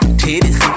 titties